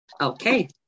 Okay